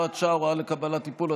הוראת שעה) (הוראה לקבלת טיפול),